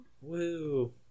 Woo